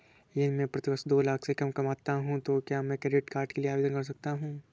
यदि मैं प्रति वर्ष दो लाख से कम कमाता हूँ तो क्या मैं क्रेडिट कार्ड के लिए आवेदन कर सकता हूँ?